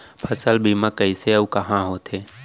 फसल बीमा कइसे अऊ कहाँ होथे?